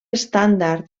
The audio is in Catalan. estàndard